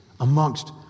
amongst